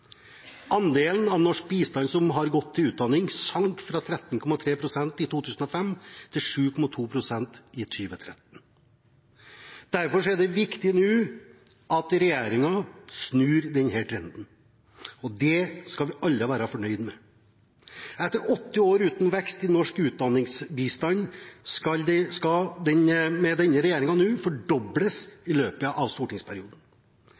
Andelen av norsk bistand som har gått til utdanning, sank fra 13,3 pst. i 2005 til 7,2 pst. i 2013. Derfor er det nå viktig at regjeringen snur denne trenden, og det skal vi alle være fornøyd med. Etter åtte år uten vekst i norsk utdanningsbistand skal den med denne regjeringen fordobles i løpet av stortingsperioden.